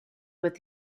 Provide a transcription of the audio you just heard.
with